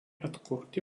atkurti